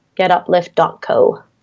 Getuplift.co